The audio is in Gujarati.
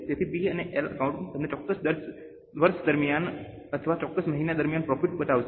તેથી P અને L એકાઉન્ટ તમને ચોક્કસ વર્ષ દરમિયાન અથવા ચોક્કસ મહિના દરમિયાન પ્રોફિટ બતાવશે